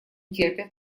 терпят